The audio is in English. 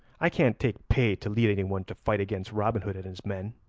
i can't take pay to lead anyone to fight against robin hood and his men.